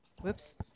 Whoops